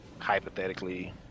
hypothetically